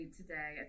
today